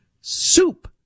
soup